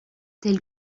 tel